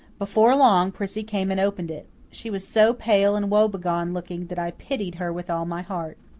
before long prissy came and opened it. she was so pale and woe-begone looking that i pitied her with all my heart.